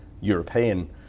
European